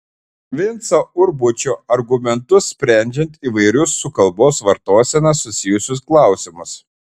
vinco urbučio argumentus sprendžiant įvairius su kalbos vartosena susijusius klausimus